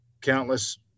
countless